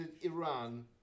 Iran